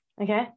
Okay